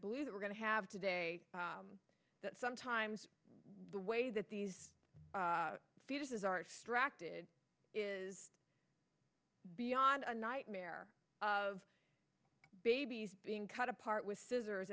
believe we're going to have today that sometimes the way that these fetuses are extract it is beyond a nightmare of babies being cut apart with scissors